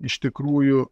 iš tikrųjų